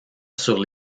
sur